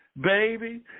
Baby